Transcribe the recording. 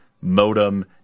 modem